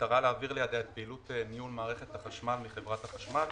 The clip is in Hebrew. במטרה להעביר לידיה את פעילות ניהול מערכת החשמל מחברת החשמל